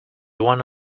one